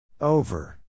Over